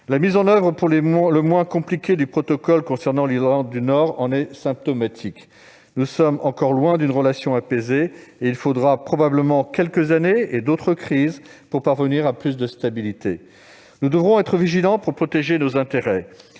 la mise en oeuvre pour le moins compliquée du protocole concernant l'Irlande du Nord est symptomatique. Nous sommes encore loin d'une relation apaisée et il faudra probablement quelques années et d'autres crises pour parvenir à plus de stabilité. Nous devrons être vigilants pour protéger nos intérêts.